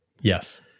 Yes